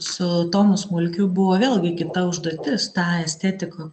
su tomu smulkiu buvo vėlgi kita užduotis tą estetiką